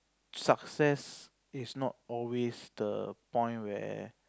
success is not always the point where